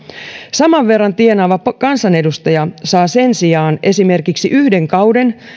saman verran tienaava kansanedustaja saa sen sijaan esimerkiksi yhden kauden